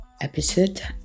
episode